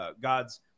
God's